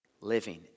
living